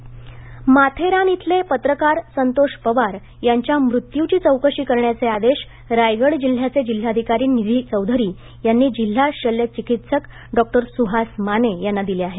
रायगड माथेरान इथले पत्रकार संतोष पवार यांच्या मृत्यूची चौकशी करण्याचे आदेश रायगड जिल्ह्याचे जिल्हाधिकारी निधी चौधरी यांनी जिल्हा शल्य चिकित्सक डॉ सुहास माने यांना दिले आहेत